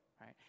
right